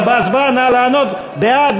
אבל בהצבעה נא לענות: בעד,